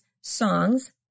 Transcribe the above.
songs